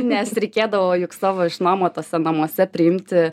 nes reikėdavo juk savo išnomotuose namuose priimti